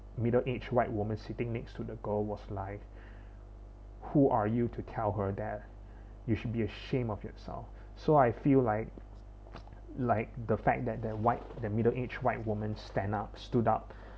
middle aged white woman sitting next to the girl was like who are you to tell her that you should be ashamed of yourself so I feel like like the fact that they're white the middle aged white woman standout stood up